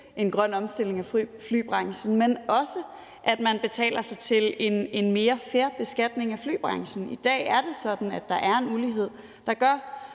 en grøn omstilling af flybranchen, men også at man betaler sig til en mere fair beskatning af flybranchen. I dag er det sådan, at der er en ulighed, der gør